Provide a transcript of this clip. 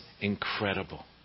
incredible